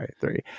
three